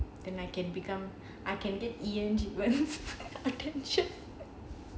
then I can become I can get treatment attention